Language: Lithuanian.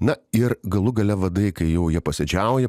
na ir galų gale vadai kai jau jie posėdžiauja